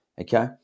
Okay